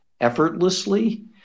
effortlessly